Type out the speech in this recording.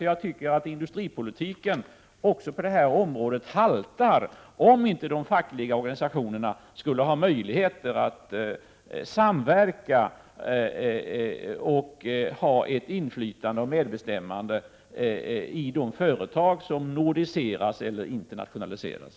Jag tycker att industripolitiken också här haltar om inte de fackliga organisationerna skulle få möjligheter att samverka, ha inflytande och medbestämmande i de företag som ”nordiseras” eller internationaliseras.